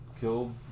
killed